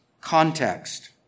context